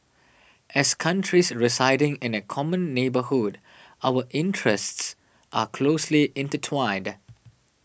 as countries residing in a common neighbourhood our interests are closely intertwined